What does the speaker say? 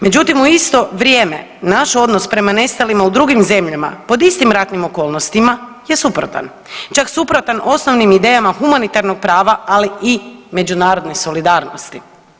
Međutim u isto vrijeme naš odnos prema nestalima u drugim zemljama pod istim ratnim okolnostima je suprotan, čak suprotan osnovnim idejama humanitarnog prava ali i međunarodne solidarnosti.